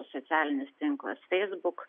socialinis tinklasfeisbuk